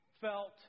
felt